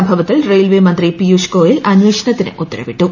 സംഭവത്തിൽ റെയിൽവേ മന്ത്രി പിയൂഷ് ഗോയൽ അന്വേഷണത്തിന് ഉത്തരവിട്ടു